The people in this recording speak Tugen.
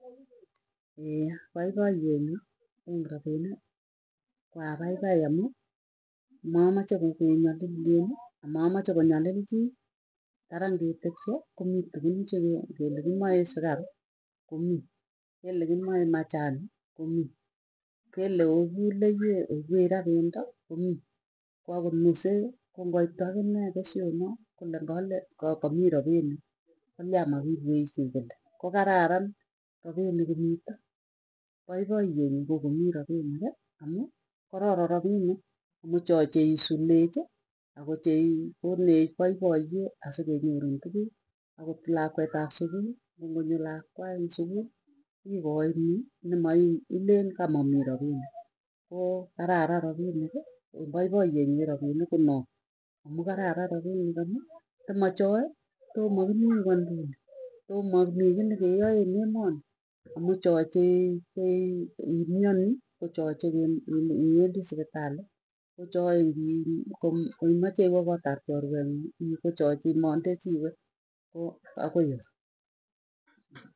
paipaye nyu eng rapinik koapaipai amuu mamache kenyalilyeni, amamache konyalilchii. Tarak ngetepche komii tukun che ngele kimae sukaru, komii kele komae machani komii kele oipuu leyee oipwech raa pendo komii. Koo akot musee koo ngoit akine pesyonoo kole ngalee kamii rapinik kolia makipwech kile kokararan rapinik komito paipayee nyuu ko komii rapinikii amuu kororon rapinik, amuu choe cheisunech ako cheikonech poipoyee asikenyorun tukuuk. Akot lakwet ap sukul koo ngonyo lakwae eng sukulii ikainii nemaile kamamii rapinik koo kararan rapinikii een paipayet nyuu erapinik kono. Amuu kararan rapinik amuu tomochoe tomakimii ing'wenynduni tomamii nekeyae en emanii amuu choe chee che imwanii kochoe chekem im iwendii sipitalii, kochoe ngi koimache kotap chorweng'uung'ii kochoe cheimandee chii iwee koo akoi yoe.